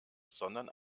sondern